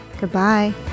goodbye